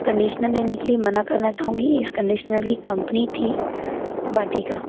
conditional लेने के लिए मना करना चाहूँगी इस कंडिशनल की कंपनी थी वाटिका